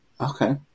Okay